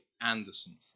Anderson